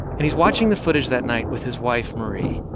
and he's watching the footage that night with his wife, marie.